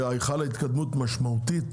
וחלה התקדמות משמעותית